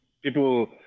people